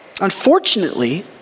Unfortunately